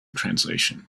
translation